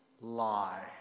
lie